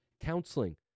counseling